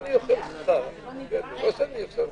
קארין ויואב ואלי, מי מציג אותן?